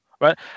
right